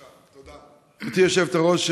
גברתי היושבת-ראש,